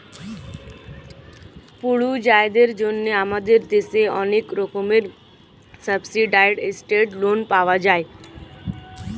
পড়ুয়াদের জন্য আমাদের দেশে অনেক রকমের সাবসিডাইস্ড্ লোন পাওয়া যায়